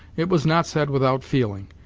it was not said without feeling.